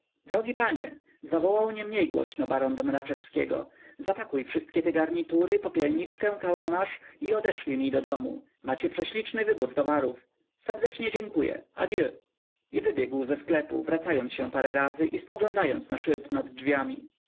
drogi panie zawołał niemniej głośno baron do mraczewskiego zapakuj wszystkie te garnitury popielniczkę kałamarz i odeszlij mi do domu macie prześliczny wybór towarów serdecznie dziękuję adieu i wybiegł ze sklepu wracając się parę razy i spoglądając na szyld nad drzwiami